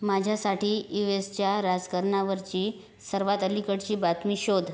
माझ्यासाठी यू एसच्या रासकारणावरची सर्वात अलीकडची बातमी शोध